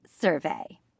survey